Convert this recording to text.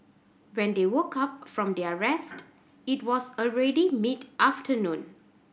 when they woke up from their rest it was already mid afternoon